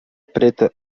preta